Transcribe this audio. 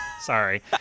sorry